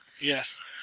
Yes